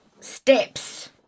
steps